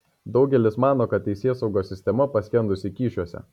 daugelis mano kad teisėsaugos sistema paskendusi kyšiuose